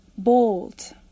Bold